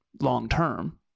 long-term